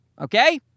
Okay